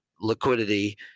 liquidity